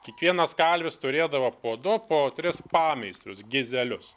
kiekvienas kalvis turėdavo po du po tris pameistrius gizelius